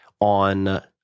on